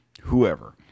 whoever